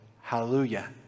hallelujah